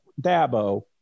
Dabo